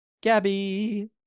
gabby